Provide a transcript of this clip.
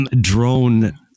drone